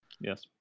yes